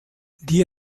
die